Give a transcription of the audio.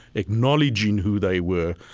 acknowledging who they were.